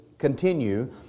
continue